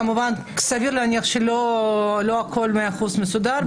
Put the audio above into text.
כמובן סביר להניח שלא הכול 100% מסודר,